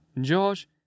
George